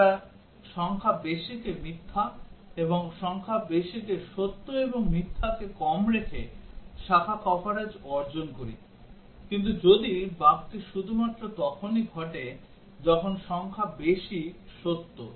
আমরা সংখ্যা বেশিকে মিথ্যা এবং সংখ্যা বেশিকে সত্য এবং মিথ্যাকে কম রেখে শাখা কভারেজ অর্জন করি কিন্তু যদি বাগটি শুধুমাত্র তখনই ঘটে যখন সংখ্যা বেশি সত্য